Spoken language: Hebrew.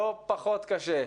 לא פחות קשה,